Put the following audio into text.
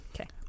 Okay